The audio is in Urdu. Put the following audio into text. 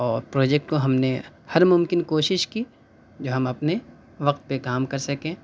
اور پروجیکٹ کو ہم نے ہر ممکن کوشش کی جو ہم اپنے وقت پہ کام کر سکیں